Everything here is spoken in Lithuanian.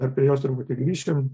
ir prie jos truputį grįšim